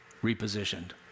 repositioned